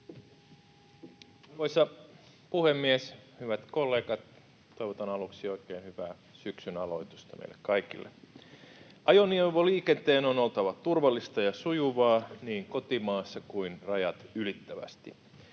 Arvoisa puhemies! Hyvät kollegat! Toivotan aluksi oikein hyvää syksyn aloitusta meille kaikille. Ajoneuvoliikenteen on oltava turvallista ja sujuvaa niin kotimaassa kuin rajat ylittävästi.